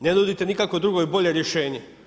Ne nudite nikakvo drugo i bolje rješenje.